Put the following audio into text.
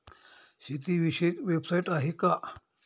शेतीविषयक वेबसाइट आहे का?